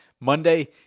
Monday